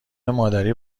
مادری